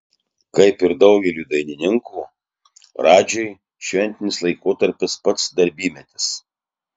kaip ir daugeliui dainininkų radžiui šventinis laikotarpis pats darbymetis